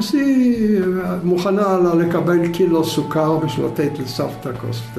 ‫אז היא מוכנה לה לקבל קילו סוכר ‫בשביל לתת לסבתא כוס ת,...